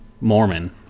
mormon